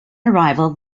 arrival